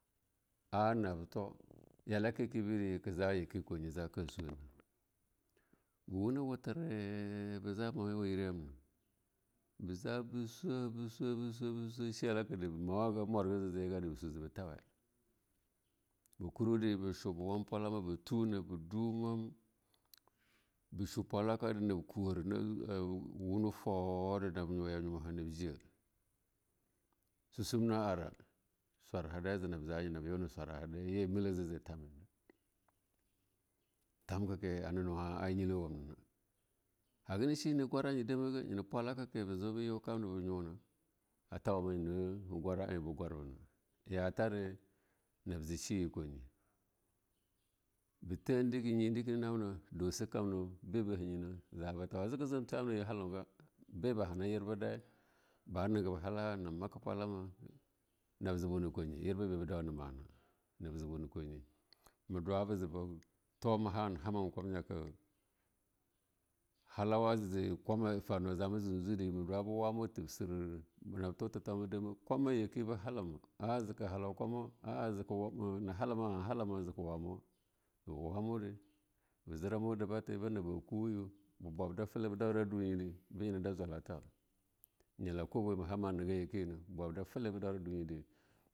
Ah nab to yalaka keibire kaza yake kwanye ka zaka sule na'ah, ba wena wutere ba za muya wa yera yabna be za beSwa beSwaba Swa she yalare mawa hagan mwaraugare je jan ziye gare ba swa mawa wamna amurga zan ziye gare ba swe mawa be tawe. Ba kurwu di ba chuba pwalama be tonube du ne mam ba shwa be wab Paualaka re tuna nab dumam be chu pwalakare kuwara de a wunwa tohwa de nab nyu yahnumaha nabje. Susum na ara. Swaraha dai jinab ja nye nab yune swaraha zebetem tamkake hana nuwo a nilweye wamnana. Haga na she nwa ba gwara ma nye demaga nyena pwalaka ke be zo be yu kamna be nuna atawa ma yana gwara'a eh be gwabena yatere nab je shi ye kwanye. Ba the deka nye na amma, dusuka kam na be ba hanyena jabe tawo. A jaga jan twa anaba mil halanga be ba hana yirbe dai ba migab halaha nab maka pwalama, nab ja buna kwanye yirba be ba dauna ma'ana. Mabza buna kwanyena ma dwa ayu hama kwanyaka halawa za'a zama jabe tuna kwanya ka hauawa jama jan tuna kwanya ka hauawa jama jan ya farnu jamu jan zude ma dwa be wamu tibsir nab to tetauma dai ma kwamma yake na halama a'a zeka halau kwa muwa a'a na halama jeke wumu kwamuwa be wamude ba jiramu Debathe na ba kuwayuwa be bab da telede, ba daura mamaikon kobo we be dalab da fele debe nyena jwala ta nyala jwalata ba bob da telede ba daura duniye de.